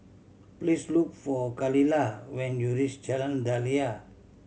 please look for Khalilah when you reach Jalan Daliah